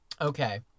okay